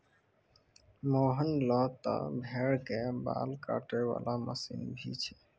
मोहन लॅ त भेड़ के बाल काटै वाला मशीन भी छै